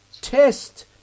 Test